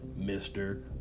Mr